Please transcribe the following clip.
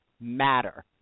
matter